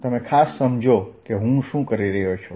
તેથી તમે ખાસ સમજો કે હું શું કરી રહ્યો છું